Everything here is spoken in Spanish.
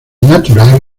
natural